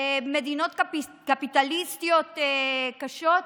מדינות קפיטליסטיות קשות,